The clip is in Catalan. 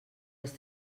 els